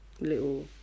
little